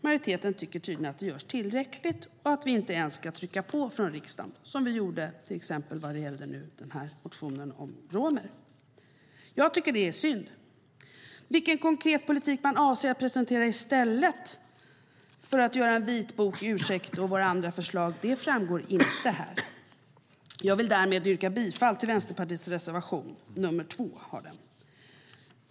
Majoriteten tycker tydligen att det görs tillräckligt och att vi inte ens ska trycka på från riksdagen, som vi gjorde till exempel vad gällde motionen om romer. Jag tycker att det är synd. Vilken konkret politik man avser att presentera i stället för en vitbok, en ursäkt och annat som vi har i våra förslag framgår inte. Jag vill därmed yrka bifall till Vänsterpartiets reservation nr 2.